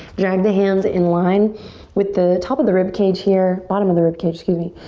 drag the hands in line with the top of the rib cage here. bottom of the rib cage, excuse me.